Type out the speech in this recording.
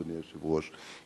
אדוני היושב-ראש,